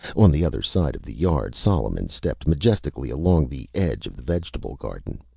on the other side of the yard solomon stepped majestically along the edge of the vegetable garden,